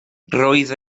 roedd